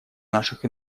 наших